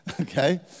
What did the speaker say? Okay